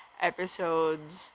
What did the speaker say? episodes